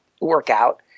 workout